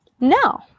no